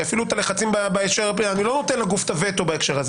שיפעילו את הלחצים --- אני לא נותן לגוף את הווטו בהקשר הזה.